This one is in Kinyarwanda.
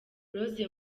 rose